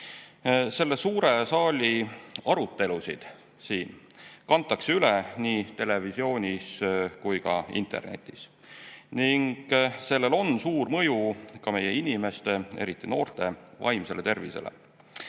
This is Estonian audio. anna. Selle suure saali arutelusid kantakse üle nii televisioonis kui ka internetis ning sellel on suur mõju meie inimeste, eriti noorte vaimsele tervisele.